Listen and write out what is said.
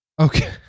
Okay